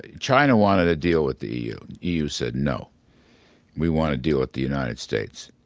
ah china wanted a deal with the eu. eu said no we want to deal with the united states.